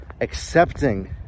accepting